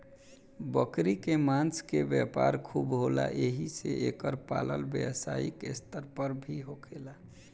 बकरी के मांस के व्यापार खूब होला एही से एकर पालन व्यवसायिक स्तर पर भी होखेला